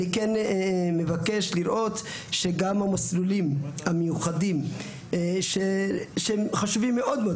אני כן מבקש לראות שגם המסלולים המיוחדים שהם חשובים מאוד,